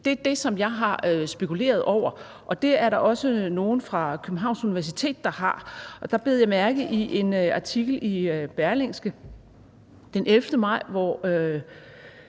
Det er det, som jeg har spekuleret over, og det er der også nogle fra Københavns Universitet, der har, og der bed jeg mærke i en artikel i Berlingske den 10. maj, hvor